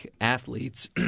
athletes